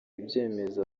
ibyemezo